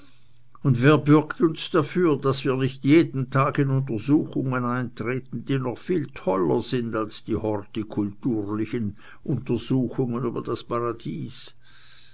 und wer bürgt uns dafür daß wir nicht jeden tag in untersuchungen eintreten die noch viel toller sind als die hortikulturlichen untersuchungen über das paradies